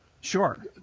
Sure